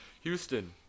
Houston